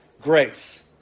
grace